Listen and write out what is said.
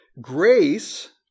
Grace